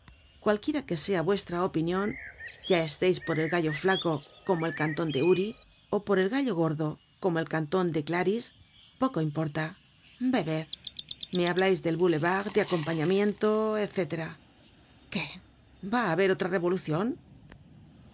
cualquiera que sea vuestra opinion ya esteis por el gallo flaco como el canton de uri ó por el gallo gordo como el canton de glaris poco importa bebed me hablais de boulevard de acompañamiento etc qué va á haber otra revolucion